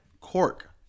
Cork